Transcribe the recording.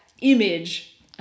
image